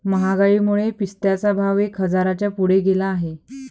महागाईमुळे पिस्त्याचा भाव एक हजाराच्या पुढे गेला आहे